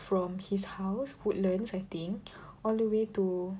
from his house Woodlands I think all the way to